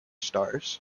stars